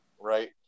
right